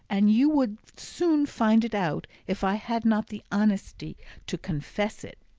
and you would soon find it out if i had not the honesty to confess it.